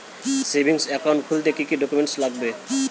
Savings account খুলতে কি কি ডকুমেন্টস লাগবে?